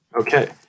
Okay